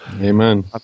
Amen